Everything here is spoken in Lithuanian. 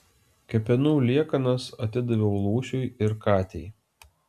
kepenų liekanas atidaviau lūšiui ir katei